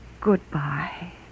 Goodbye